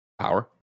Power